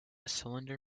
cylinder